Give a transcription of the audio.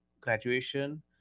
graduation